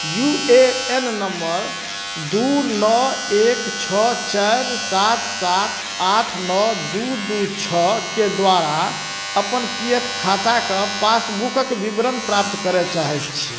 U A N number दुइ नओ एक छओ चारि सात सात आठ नओ दुइ दुइ छओके द्वारा अपन पी एफ खाताके पासबुकके विवरण प्राप्त करऽ चाहैत छी